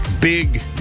big